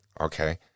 okay